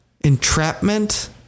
entrapment